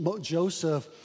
Joseph